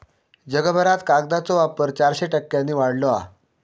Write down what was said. जगभरात कागदाचो वापर चारशे टक्क्यांनी वाढलो हा